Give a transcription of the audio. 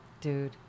Dude